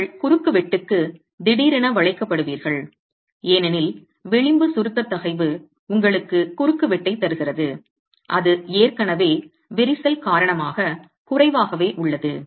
நீங்கள் குறுக்குவெட்டுக்கு திடீரென வளைக்கப்படுவீர்கள் ஏனெனில் விளிம்பு சுருக்க தகைவு உங்களுக்கு குறுக்கு வெட்டை தருகிறது அது ஏற்கனவே விரிசல் காரணமாக குறைவாகவே உள்ளது